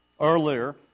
earlier